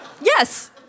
Yes